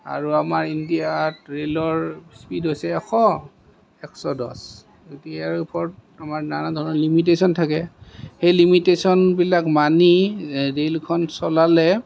আৰু আমাৰ ইণ্ডিয়াত ৰেলৰ স্পিড হৈছে এশ একচ দচ ইয়াৰ ওপৰত আমাৰ নানা ধৰণৰ লিমিটেশন আছে সেই লিমিটেশনবিলাক মানি ৰেলখন চলালে